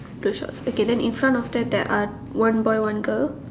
the shorts okay then in front of that there are one boy one girl